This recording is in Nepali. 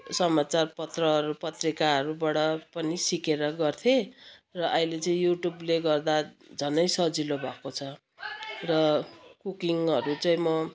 समचार पत्रहरू पत्रिकाहरूबाट पनि सिकेर गर्थेँ र अहिले चाहिँ युट्युबले गर्दा झनै सजिलो भएको छ र कुकिङहरू चाहिँ म